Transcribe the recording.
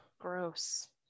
gross